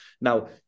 Now